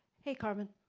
hey carmen.